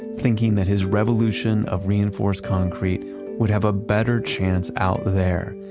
thinking that his revolution of reinforced concrete would have a better chance out there.